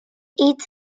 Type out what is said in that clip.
eats